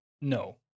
no